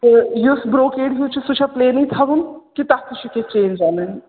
تہٕ یُس برٛوکیڈ یُس چھُ سُہ چھےٚ پٕلینٕے تھاوُن کہِ تَتھ تہِ چھِ کیٚنٛہہ چینٛج اَنٕنۍ